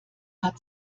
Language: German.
hat